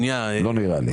לא נראה לי.